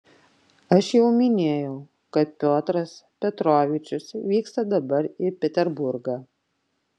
aš jau minėjau kad piotras petrovičius vyksta dabar į peterburgą